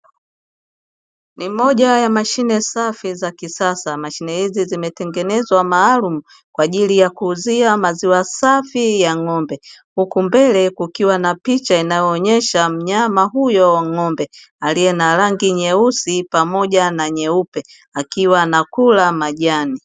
Ni moja ya mashine safi za kisasa, mashine hizo zimetengenezwa maalumu kwa ajili ya kuuzia maziwa safi ya ng'ombe, huku mbele kukiwa na picha inayoonesha mnyama huyo ng'ombe aliye na rangi nyeusi pamoja na nyeupe akiwa anakula majani.